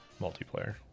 multiplayer